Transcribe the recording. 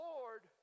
Lord